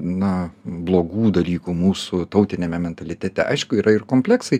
na blogų dalykų mūsų tautiniame mentalitete aišku yra ir kompleksai